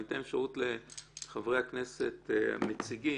אני אתן אפשרות לחברי הכנסת המציגים.